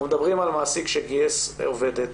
אנחנו מדברים על מעסיק שגייס עובדת,